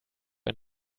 ein